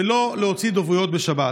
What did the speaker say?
שלא להוציא הודעות דוברות בשבת?